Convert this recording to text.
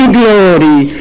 glory